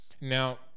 now